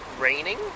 raining